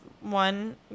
one